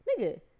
nigga